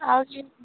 আৰু কি